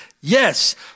yes